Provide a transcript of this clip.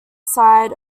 side